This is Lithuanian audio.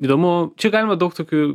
įdomu čia galima daug tokių